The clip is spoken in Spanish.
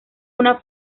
una